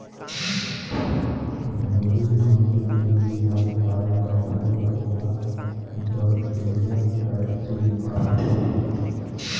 भेड़ी मन के चूंदी हर बायड जाथे त ओला जड़पेडिया कायट के निकालथे